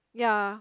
ya